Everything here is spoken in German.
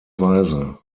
weise